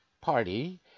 party